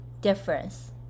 difference